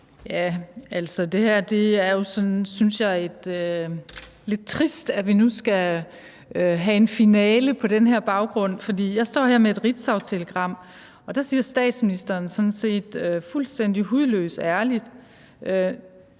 det er jo sådan lidt trist, synes jeg, at vi nu skal have en finale på den baggrund, for jeg står her med et ritzautelegram, og der siger statsministeren fuldstændig hudløst ærligt: